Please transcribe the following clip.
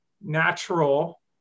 natural